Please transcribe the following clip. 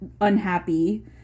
unhappy